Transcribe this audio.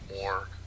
more